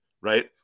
right